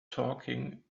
talking